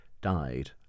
died